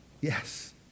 yes